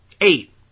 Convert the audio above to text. Eight